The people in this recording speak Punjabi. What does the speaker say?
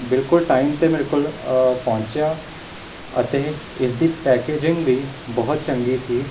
ਬਿਲਕੁਲ ਟਾਈਮ 'ਤੇ ਮੇਰੇ ਕੋਲ ਪਹੁੰਚਿਆ ਅਤੇ ਇਸਦੀ ਪੈਕਜ਼ਿੰਗ ਵੀ ਬਹੁਤ ਚੰਗੀ ਸੀ